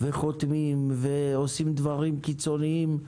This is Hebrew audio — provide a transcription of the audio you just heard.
חותמים ועושים דברים קיצוניים,